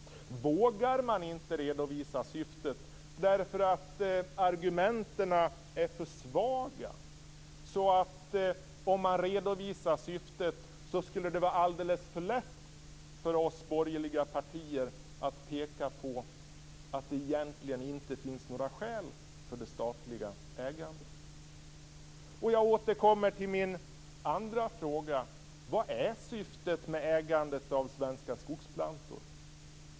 Vågar man inte redovisa syftet därför att argumenten är för svaga? Är det så att om man redovisar syftet skulle det vara alldeles för lätt för oss borgerliga partier att peka på att det egentligen inte finns några skäl för det statliga ägandet? Jag återkommer till min andra fråga. Vad är syftet med ägandet av Svenska Skogsplantor?